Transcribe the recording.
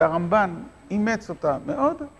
‫הרמב"ן אימץ אותה מאוד.